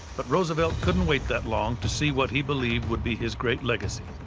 but roosevelt couldn't wait that long to see what he believed would be his great legacy.